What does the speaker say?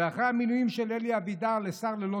ואחרי המינויים של אלי אבידר לשר ללא